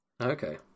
Okay